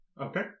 Okay